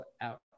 out